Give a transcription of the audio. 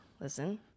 listen